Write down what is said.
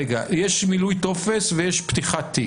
רגע, יש מילוי טופס ויש פתיחת תיק.